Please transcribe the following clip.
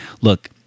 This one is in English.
look